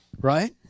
right